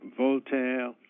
Voltaire